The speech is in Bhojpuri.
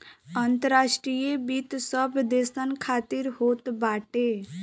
अंतर्राष्ट्रीय वित्त सब देसन खातिर होत बाटे